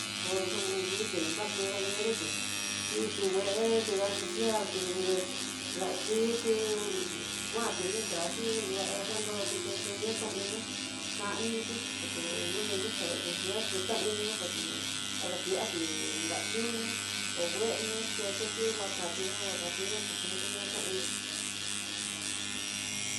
Koxon nruxhi dakonañeroti kti kuee kida suciarti daxhiti ku kuanti no traste duá xanroti texoña tá iná, xaninroti por que no me gusta tatu xainanó xaku kadakuaté, nrañuunó ho ngueno xhetetí nguakati danguaa nguakati xunkaxa kaininó.